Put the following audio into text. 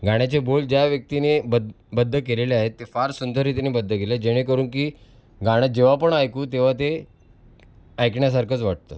गाण्याचे बोल ज्या व्यक्तीने बद् बद्ध केलेले आहेत ते फार सुंदररीतीने बद्ध केले जेणे करून की गाणं जेव्हा पण ऐकू तेव्हा ते ऐकण्यासारखंच वाटतं